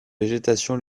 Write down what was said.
végétation